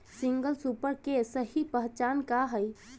Single super के सही पहचान का हई?